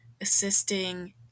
assisting